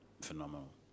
phenomenal